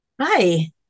Hi